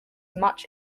much